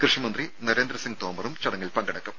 കൃഷിമന്ത്രി നരേന്ദ്രസിംഗ് തോമറും ചടങ്ങിൽ പങ്കെടുക്കും